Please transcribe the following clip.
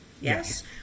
Yes